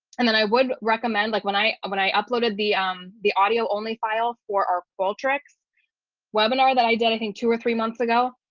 and then i would recommend like when i i when i uploaded the um the audio only file for our bull tricks webinar that i did i think two or three months ago,